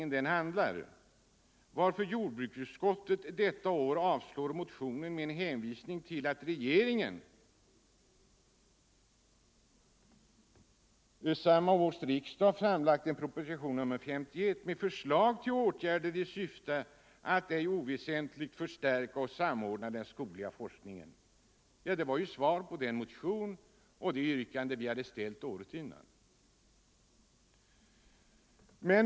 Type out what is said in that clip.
Regeringen handlar, varför jordbruksutskottet detta år avstyrker motionen med en hänvisning till att regeringen till samma års riksdag framlagt enn proposition nr 51 ”med förslag till åtgärder i syfte att ej oväsentligt förstärka och samordna den skogliga forskningen”. Det var svar på den motion och det yrkande vi ställt året innan.